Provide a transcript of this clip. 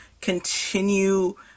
continue